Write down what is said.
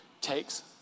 takes